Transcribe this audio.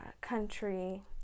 country